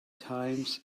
times